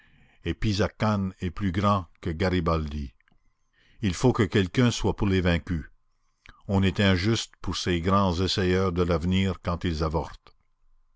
et pisacane est plus grand que garibaldi il faut bien que quelqu'un soit pour les vaincus on est injuste pour ces grands essayeurs de l'avenir quand ils avortent